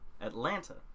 Atlanta